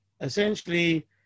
essentially